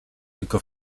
tylko